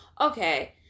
okay